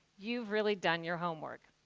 you've really done your homework.